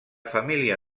família